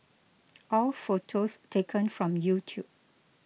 all photos taken from YouTube